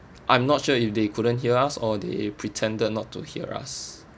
I'm not sure if they couldn't hear us or they pretended not to hear us